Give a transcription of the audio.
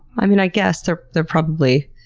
i mean, i guess they're they're probably,